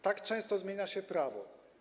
Tak często zmienia się prawo.